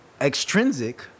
extrinsic